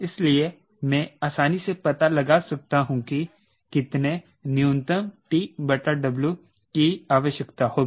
इसलिए मैं आसानी से पता लगा सकता हूं कि कितने न्यूनतम TW की आवश्यकता होगी